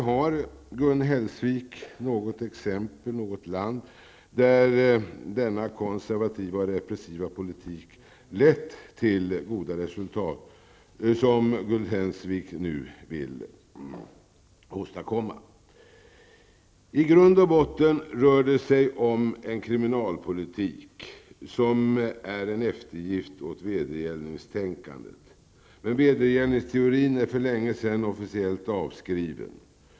Har Gun Hellsvik något exempel på något land där denna konservativa och repressiva politik lett till goda resultat, vilket Gun Hellsvik nu vill åstadkomma? I grund och botten rör det sig om en kriminalpolitik som är en eftergift åt vedergällningstänkandet. Men vedergällningsteorin är för länge sedan officiellt avskriven.